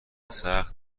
سخت